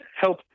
help